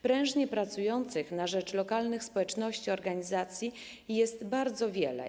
Prężnie pracujących na rzecz lokalnych społeczności organizacji jest bardzo wiele.